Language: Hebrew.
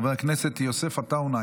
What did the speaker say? חבר הכנסת יוסף עטאונה,